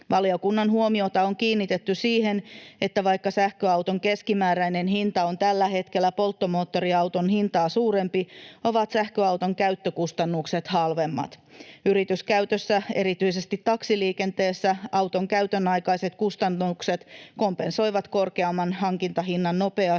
Valiokunnan huomiota on kiinnitetty siihen, että vaikka sähköauton keskimääräinen hinta on tällä hetkellä polttomoottoriauton hintaa suurempi, ovat sähköauton käyttökustannukset halvemmat. Yrityskäytössä, erityisesti taksiliikenteessä, auton käytönaikaiset kustannukset kompensoivat korkeamman hankintahinnan nopeasti